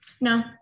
No